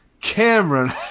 Cameron